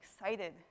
excited